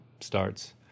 starts